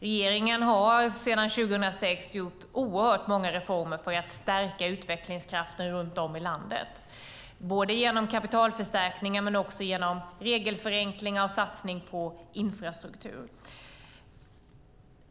Regeringen har sedan 2006 gjort oerhört många reformer för att stärka utvecklingskraften runt om i landet, genom kapitalförstärkningen men också genom regelförenkling och satsning på infrastruktur.